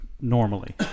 normally